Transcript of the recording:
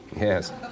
Yes